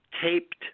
taped